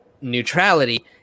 neutrality